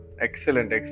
excellent